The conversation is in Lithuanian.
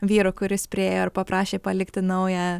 vyru kuris priėjo ir paprašė palikti naują